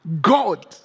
God